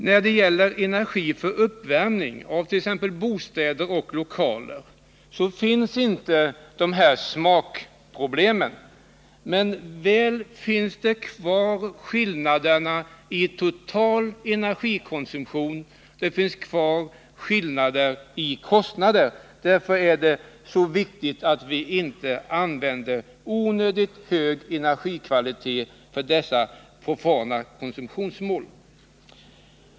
När det gäller energi för uppvärmning av t.ex. bostäder och lokaler finns inte några smaksynpunkter att ta hänsyn till men väl skillnader i total energikonsumtion och skillnader i fråga om kostnader. Därför är det så viktigt att vi inte använder onödigt hög energikvalitet för denna enkla energianvändning.